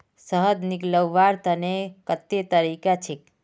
शहद निकलव्वार तने कत्ते तरीका छेक?